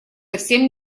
совсем